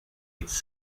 its